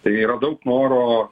tai yra daug noro